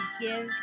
give